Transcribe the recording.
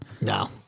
No